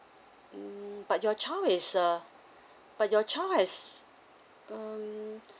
hmm but your child is err but your child has um